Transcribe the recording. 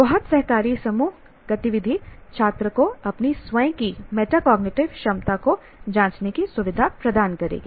बहुत सहकारी समूह गतिविधि छात्र को अपनी स्वयं की मेटाकॉग्निटिव क्षमता को जांचने की सुविधा प्रदान करेगी